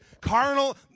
carnal